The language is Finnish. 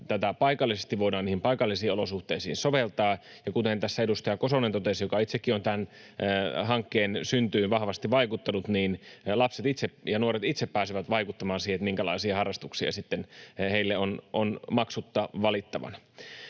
tätä paikallisesti voidaan niihin paikallisiin olosuhteisiin soveltaa, ja kuten tässä edustaja Kosonen totesi, joka itsekin on tämän hankkeen syntyyn vahvasti vaikuttanut, että lapset ja nuoret itse pääsevät vaikuttamaan siihen, minkälaisia harrastuksia heillä on maksutta valittavana.